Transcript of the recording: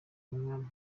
umwami